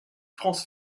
franz